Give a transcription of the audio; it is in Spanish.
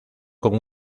con